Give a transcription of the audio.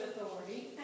authority